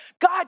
God